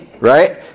Right